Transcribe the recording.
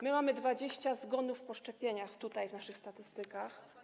My mamy 20 zgonów po szczepieniach tutaj, w naszych statystykach.